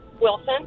Wilson